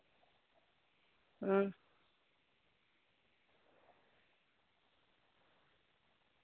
अं